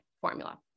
formula